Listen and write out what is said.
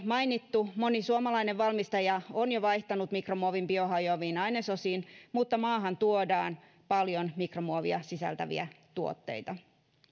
mainittu moni suomalainen valmistaja on jo vaihtanut mikromuovin biohajoaviin ainesosiin mutta maahan tuodaan paljon mikromuovia sisältäviä tuotteita